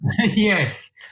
Yes